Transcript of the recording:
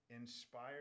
inspired